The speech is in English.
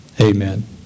Amen